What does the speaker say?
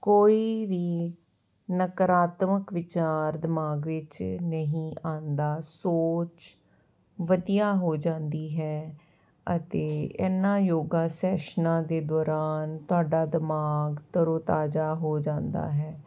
ਕੋਈ ਵੀ ਨਕਾਰਾਤਮਕ ਵਿਚਾਰ ਦਿਮਾਗ ਵਿੱਚ ਨਹੀਂ ਆਉਂਦਾ ਸੋਚ ਵਧੀਆ ਹੋ ਜਾਂਦੀ ਹੈ ਅਤੇ ਇਹਨਾਂ ਯੋਗਾ ਸੈਸ਼ਨਾਂ ਦੇ ਦੌਰਾਨ ਤੁਹਾਡਾ ਦਿਮਾਗ ਤਰੋਤਾਜ਼ਾ ਹੋ ਜਾਂਦਾ ਹੈ